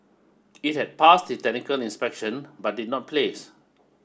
it had passed the technical inspection but did not place